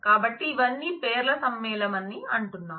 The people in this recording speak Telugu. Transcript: కాబట్టి ఇవన్నీ పేర్ల సమ్మేళనమని అంటున్నారు